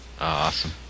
awesome